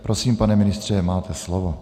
Prosím, pane ministře, máte slovo.